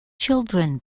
children